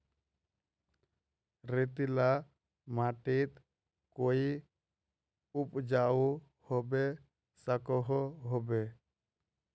रेतीला माटित कोई उपजाऊ होबे सकोहो होबे?